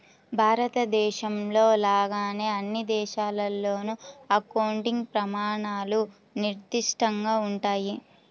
భారతదేశంలో లాగానే అన్ని దేశాల్లోనూ అకౌంటింగ్ ప్రమాణాలు నిర్దిష్టంగా ఉంటాయి